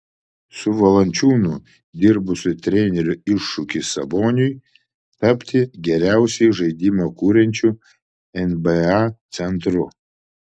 su valančiūnu dirbusio trenerio iššūkis saboniui tapti geriausiai žaidimą kuriančiu nba centru